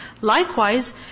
Likewise